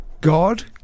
God